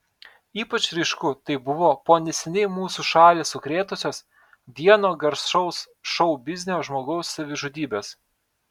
ypač ryšku tai buvo po neseniai mūsų šalį sukrėtusios vieno garsaus šou biznio žmogaus savižudybės